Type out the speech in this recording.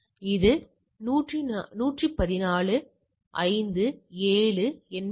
எனவே இது 114 dot 5 dot 7 dot 89